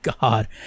god